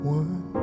one